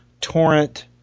torrent